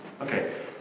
Okay